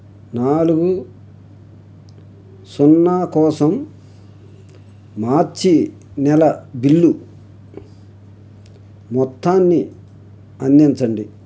నాలుగు సున్నా కోసం మార్చి నెల బిల్లు మొత్తాన్ని అందించండి